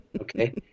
Okay